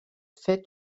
fet